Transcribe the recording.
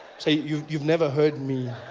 so you've you've never heard me.